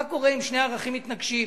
מה קורה אם שני הערכים מתנגשים?